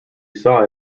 saw